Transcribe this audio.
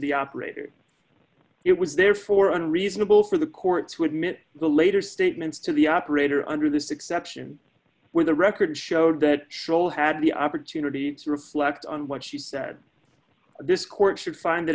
the operator it was therefore unreasonable for the courts would meant the later statements to the operator under this exception where the record showed that show had the opportunity to reflect on what she said this court should find that